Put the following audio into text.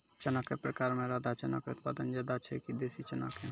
चना के प्रकार मे राधा चना के उत्पादन ज्यादा छै कि देसी चना के?